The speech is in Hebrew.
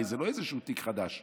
הרי זה לא איזשהו תיק חדש,